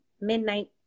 midnight